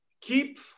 keep